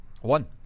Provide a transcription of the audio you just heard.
One